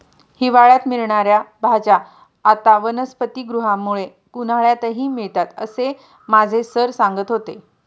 हिवाळ्यात मिळणार्या भाज्या आता वनस्पतिगृहामुळे उन्हाळ्यातही मिळतात असं माझे सर सांगत होते